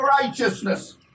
righteousness